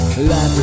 Life